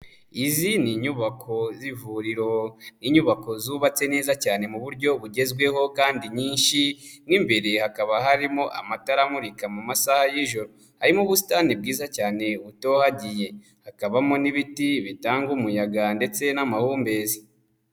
Izi ni inyubako z'ivuriro. Inyubako zubatse neza cyane mu buryo bugezweho kandi nyinshi, mo imbere hakaba harimo amatara amurika mu masaha y'ijoro, harimo ubusitani bwiza cyane butohagiye hakabamo n'ibiti bitanga umuyaga ndetse n'amahumbezi.